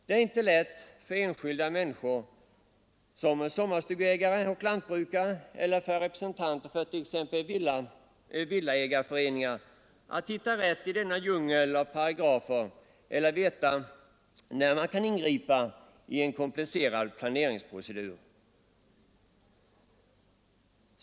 Det är inte lätt för enskilda människor som sommarstugeägare och lantbrukare eller för representanter för t.ex. villaägarföreningar att hitta rätt i denna djungel av paragrafer eller veta när man kan ingripa i en komplicerad planeringsprocedur.